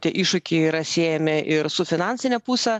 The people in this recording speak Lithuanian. tie iššūkiai yra siejami ir su finansine puse